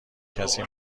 کسی